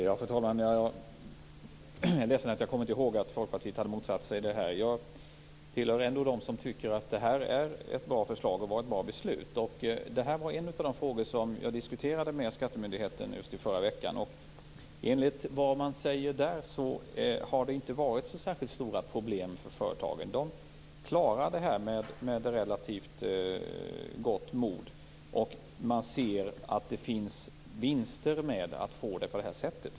Fru talman! Jag är ledsen att jag inte kom ihåg att Folkpartiet hade motsatt sig det här. Jag tillhör dem som tycker att det här var ett bra förslag och ett bra beslut. Detta var en av de frågor som jag diskuterade med skattemyndigheten i förra veckan. Enligt vad man där säger har det inte varit så särskilt stora problem för företagen. De klarar det här med relativt gott mod, och man ser att det finns vinster förenade med det.